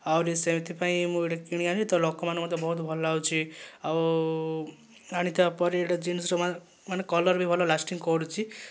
ଆହୁରି ସେଥିପାଇଁ ମୁଁ ଗୋଟିଏ କିଣି ଆଣିଲି ତ ଲୋକମାନେ ମଧ୍ୟ ବହୁତ ଭଲ ଲାଗୁଛି ଆଉ ଆଣିଥିବା ପରେ ଏହିଟା ଜିନ୍ସର ମାନେ କଲର୍ ବି ଭଲ ଲାଷ୍ଟିଙ୍ଗ୍ କରୁଛି